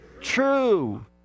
true